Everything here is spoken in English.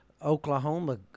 Oklahoma